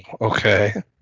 okay